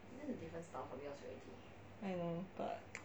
I know but